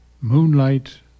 Moonlight